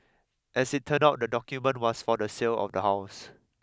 as it turned out the document was for the sale of the house